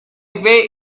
way